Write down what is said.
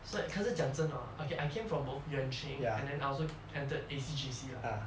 so 可是讲真的 hor okay I came from both yuan ching and then I also entered A_C J_C lah